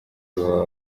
baba